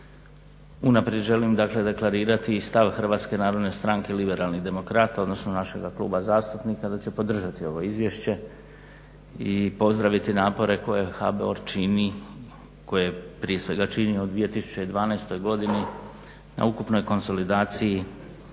Unaprijed želim dakle deklarirati i stav HNS-a, odnosno našega kluba zastupnika da će podržati ovo izvješće i pozdraviti napore koje HBOR čini, koje je prije svega činio u 2012. godini na ukupnoj konsolidaciji kreditne